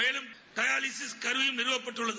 மேலும் டயாவிசிஸ் கருவியும் நிறுவட்பட்டுள்ளது